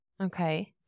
Okay